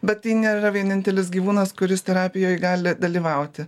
bet tai nėra vienintelis gyvūnas kuris terapijoj gali dalyvauti